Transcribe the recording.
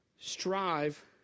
strive